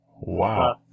Wow